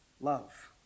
love